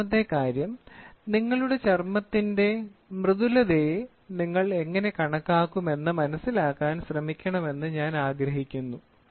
രണ്ടാമത്തെ കാര്യം നിങ്ങളുടെ ചർമ്മത്തിന്റെ മൃദുലതയെ നിങ്ങൾ എങ്ങനെ കണക്കാക്കും എന്ന് മനസിലാക്കാൻ ശ്രമിക്കണമെന്ന് ഞാൻ ആഗ്രഹിക്കുന്നു